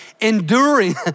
enduring